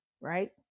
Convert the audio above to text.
right